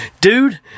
Dude